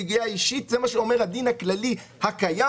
אני אשלם